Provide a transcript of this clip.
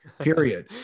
period